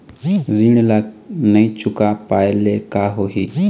ऋण ला नई चुका पाय ले का होही?